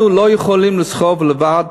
אנחנו לא יכולים לסחוב לבד